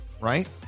right